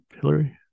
hillary